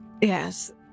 Yes